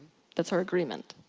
that's our agreement.